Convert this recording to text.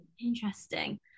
interesting